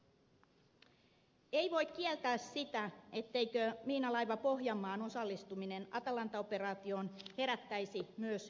ei voi kieltää sitä ettei miinalaiva pohjanmaan osallistuminen atalanta operaatioon herättäisi myös kysymyksiä